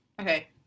Okay